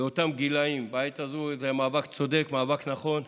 לאותם גילים בעת הזאת זה מאבק צודק, מאבק נכון.